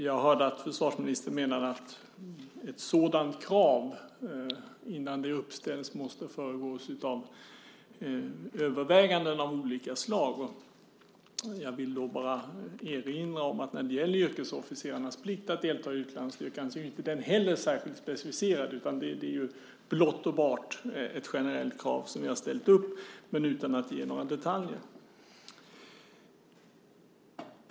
Jag hörde att försvarsministern menade att innan ett sådant krav ställs upp måste det föregås av överväganden av olika slag. Jag vill då bara erinra om att inte heller yrkesofficerarnas plikt att delta i utlandsstyrkan är särskilt specificerad utan det är blott och bart ett generellt krav som vi har ställt upp, men utan att ge några detaljer.